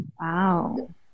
Wow